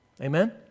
Amen